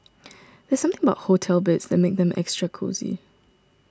there's something about hotel beds that makes them extra cosy